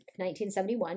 1971